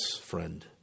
friend